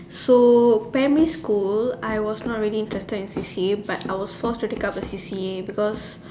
so primary school I was not really interested in C_C_A but I was forced to take up a C_C_A because